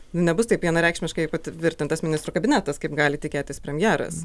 nebus taip vienareikšmiškai patvirtintas ministrų kabinetas kaip gali tikėtis premjeras